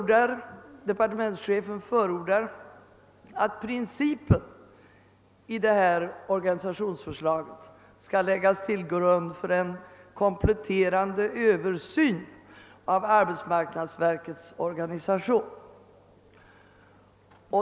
Departementschefen förordar att principen i organisationsförslaget skall läggas till grund för en kompletterande översyn av arbetsmarknadsverkets organisation.